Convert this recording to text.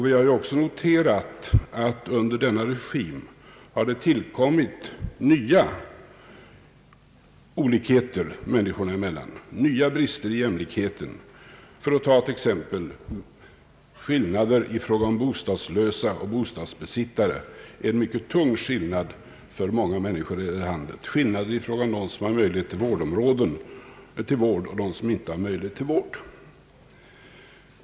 Vi har också noterat att det under denna regim har tillkommit nya olikheter människor emellan, nya brister i jämlikheten — t.ex. skillnaden mellan bostadslösa och bostadsbesittare, en mycket tung skillnad för många människor i vårt land, skillnaden mellan dem som har möjlighet till vård och dem som inte har det, etc.